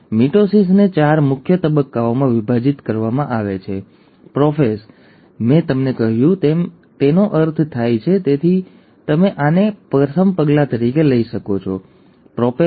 મિટોસિસને ચાર મુખ્ય તબક્કાઓમાં વિભાજિત કરવામાં આવે છે પ્રોફેઝ મેં તમને કહ્યું તેમ તેનો અર્થ પહેલાં થાય છે તેથી તમે આને પ્રથમ પગલા તરીકે લઈ શકો છો પ્રોપેઝ